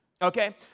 Okay